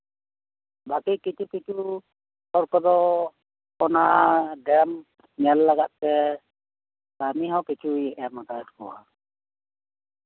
ᱵᱟᱠᱤ ᱠᱤᱪᱷᱩ ᱠᱤᱪᱷᱩ ᱦᱚᱲ ᱠᱚᱫᱚ ᱚᱱᱟ ᱰᱮᱢ ᱧᱮᱞ ᱞᱟᱜᱟᱜ ᱛᱮ ᱠᱟᱹᱢᱤ ᱦᱚᱸ ᱠᱤᱪᱷᱩᱭ ᱮᱢ ᱠᱟᱜ ᱠᱚᱣᱟ